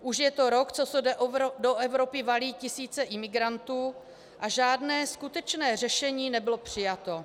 Už je to rok, co se do Evropy valí tisíce imigrantů, a žádné skutečné řešení nebylo přijato.